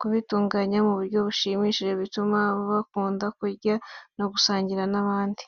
kubitunganya mu buryo bushimishije, bituma bakunda kurya no gusangira n’abandi.